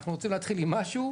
אנחנו רוצים להתחיל עם משהו.